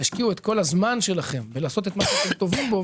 ותשקיעו את כל הזמן שלכם בלעשות את מה שאתם טובים בו,